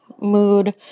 mood